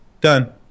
done